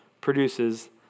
produces